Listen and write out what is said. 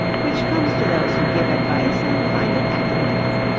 which comes to those who give advice and find it acted upon.